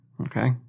Okay